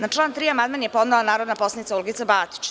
Na član 3. amandman je podnela narodni poslanik Olgica Batić.